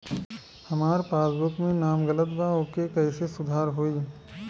हमार पासबुक मे नाम गलत बा ओके कैसे सुधार होई?